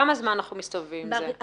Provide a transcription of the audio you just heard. כמה זמן אנחנו מסתובבים עם זה?